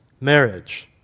marriage